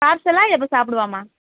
பார்சலா இல்லை இப்போ சாப்பிடவாம்மா